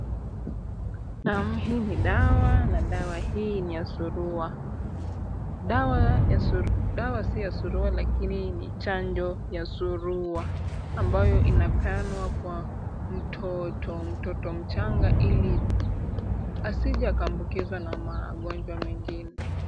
Naam, hii ni dawa na dawa hii ni ya surua. Dawa si ya surua lakini ni chanjo ya surua ambayo inapeanwa kwa mtoto, mtoto mchanga ili asije akaambukizwe na magonjwa mengine.